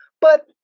But-